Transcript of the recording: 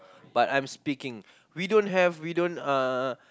but I'm speaking we don't have we don't uh